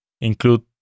include